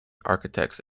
architects